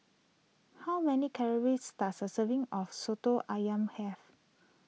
how many calories does a serving of Soto Ayam have